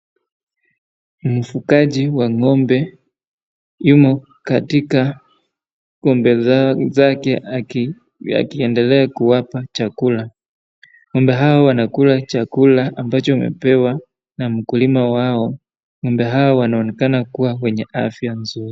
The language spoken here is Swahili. Mfugaji wa ng'ombe yumo katika ng'ombe zake akiendelea kuwapa chakula. Ng'ombe hao wanakula chakula ambacho wamepewa na mkulima wao. Ng'ombe hao wanaonekana kuwa wenye afya nzuri.